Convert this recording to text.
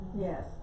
Yes